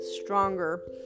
stronger